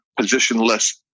positionless